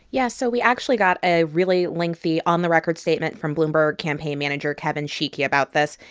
yeah, so we actually got a really lengthy on-the-record statement from bloomberg campaign manager kevin sheekey about this.